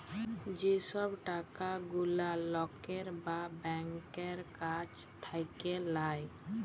যে সব টাকা গুলা লকের বা ব্যাংকের কাছ থাক্যে লায়